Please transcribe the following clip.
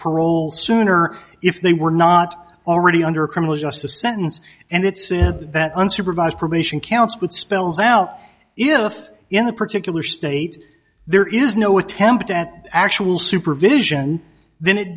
parole sooner if they were not already under criminal justice sentence and it's in that unsupervised probation counts would spells out if in the particular state there is no attempt at actual supervision then it